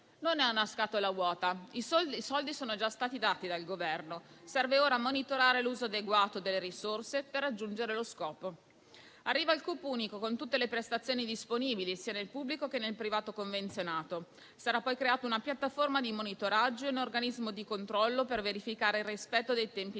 Non è una scatola vuota, i soldi sono già stati dati dal Governo e serve ora monitorare l'uso adeguato delle risorse per raggiungere lo scopo. Arriva il CUP unico con tutte le prestazioni disponibili, sia nel pubblico che nel privato convenzionato. Sarà poi creata una piattaforma di monitoraggio e un organismo di controllo per verificare il rispetto dei tempi di attesa.